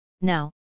Now